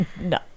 No